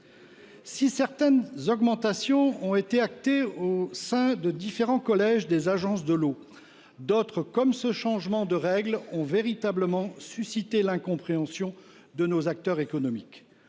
Si certaines augmentations ont été actées au sein des différents collèges des agences de l’eau, d’autres, liées à un changement de règle, ont véritablement suscité l’incompréhension de nos acteurs économiques.